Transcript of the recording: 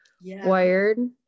wired